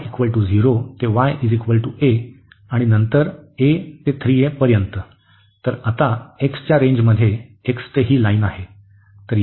तर y0 ते y a आणि नंतर a ते 3 a पर्यंत तर आता x च्या रेंजमध्ये x ते ही लाईन आहे